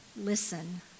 Listen